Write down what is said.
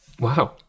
wow